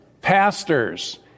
pastors